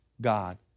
God